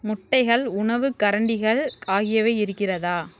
முட்டைகள் உணவுக் கரண்டிகள் ஆகியவை இருக்கிறதா